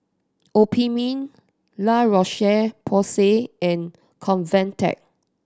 Obimin La Roche Porsay and Convatec